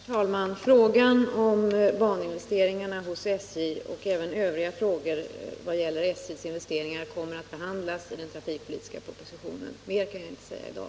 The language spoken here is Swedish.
Herr talman! Frågan om baninvesteringarna hos SJ liksom övriga frågor som gäller SJ:s investeringar kommer att behandlas i den trafikpolitiska propositionen. Mer kan jag inte säga i dag.